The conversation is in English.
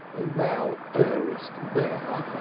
thou errest there,